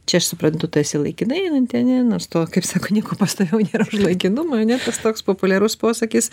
čia aš suprantu tu esi laikinai einanti nors to kaip sako nieko pastoviau nėra už laikinumą ane tas toks populiarus posakis